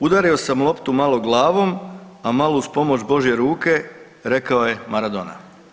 Udario sam loptu malo glavom, a malo uz pomoć Božje ruke rekao je Maradona.